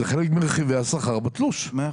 זה חלק מרכיבי השכר בתלוש.